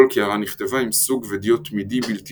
כל קערה נכתבה עם סוג דיו תמידי בלתי